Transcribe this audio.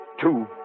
two